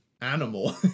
animal